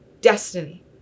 destiny